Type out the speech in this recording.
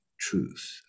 truth